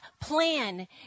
plan